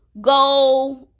go